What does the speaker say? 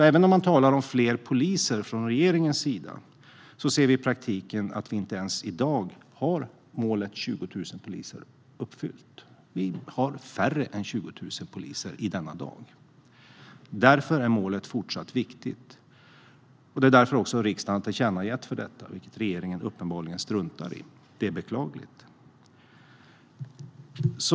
Även om man från regeringens sida talar om fler poliser ser vi i praktiken att vi i dag inte ens har målet 20 000 poliser uppfyllt. Vi har färre än 20 000 poliser i denna dag. Därför är målet fortsatt viktigt. Riksdagen har tillkännagett detta, vilket regeringen uppenbarligen struntar i. Det är beklagligt.